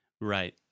Right